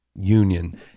union